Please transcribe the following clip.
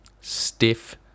stiff